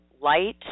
light